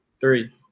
Three